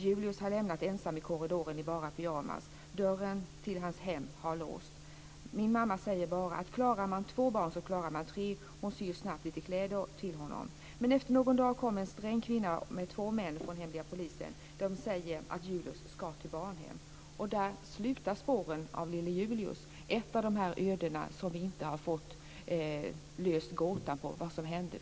Julius har lämnats ensam i korridoren i bara pyjamas. Dörren till hans hem har låsts. Min mamma säger bara, att klarar man två barn så klarar man tre. Hon syr snabbt kläder till honom. Men efter någon dag kommer en sträng kvinna med två män från hemliga polisen. De säger att Julius skall till barnhem." Där slutar spåren efter lille Julius - ett av de öden där vi inte fått gåtan löst kring vad som hänt.